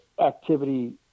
activity